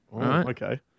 okay